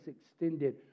extended